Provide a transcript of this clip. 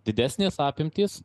didesnės apimtys